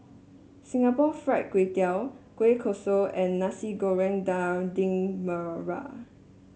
Singapore Fried Kway Tiao Kueh Kosui and Nasi Goreng Daging Merah